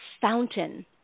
fountain